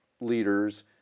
leaders